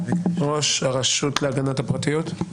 ראש הרשות להגנת הפרטיות.